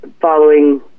following